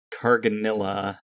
Carganilla